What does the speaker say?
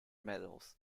medals